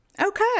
Okay